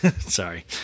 Sorry